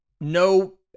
No